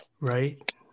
Right